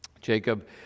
Jacob